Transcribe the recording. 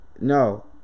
no